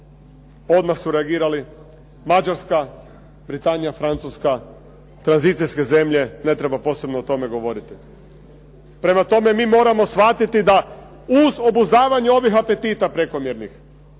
Odmah su reagirali. Mađarska, Britanija, Francuska, tranzicijske zemlje ne treba posebno o tome govoriti. Prema tome, mi moramo shvatiti da uz obuzdavanje ovih apetita prekomjernih,